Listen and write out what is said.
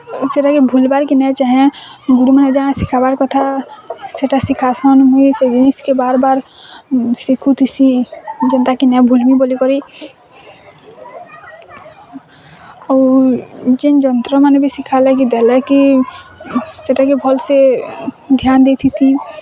ସେଟା କେ ଭୁଲିବାର୍ କେ ନାହିଁ ଚାହେଁ ଗୁରୁମା ଯାହା ଶିଖାବାର କଥା ସେଟା ଶିଖାସନ୍ ମୁଇଁ ସେ ଜିନିଷ୍ କେ ବାର୍ ବାର୍ ଶିଖୁଥିସି ଜେନ୍ତା କି ନାଇଁ ଭୁଲବି ବୋଲିକରି ଆଉ ଜେନ୍ ଯନ୍ତ୍ରମାନେ ବି ଶିଖା ଲାଗି ଦେଲେ କି ସେଟା କେ ଭଲ୍ସେ ଧ୍ୟାନ୍ ଦେଇ ଥିସି